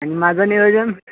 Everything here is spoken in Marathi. आणि माझं नियोजन